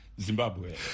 Zimbabwe